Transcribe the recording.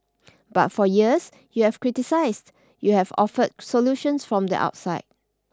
but for years you have criticised you have offered solutions from the outside